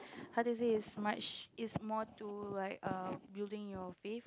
how to say is much is more to like err building your faith